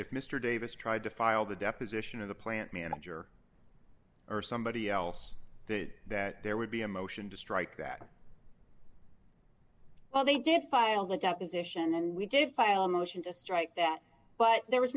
if mr davis tried to file the deposition of the plant manager or somebody else that that there would be a motion to strike that well they did file a deposition and we did file a motion to strike that but there was